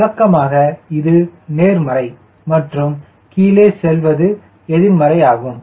வழக்கமாக இது நேர்மறை மற்றும் கீழே செல்வது எதிர்மறை ஆகும்